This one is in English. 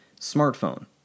smartphone